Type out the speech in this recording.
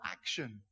action